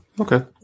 Okay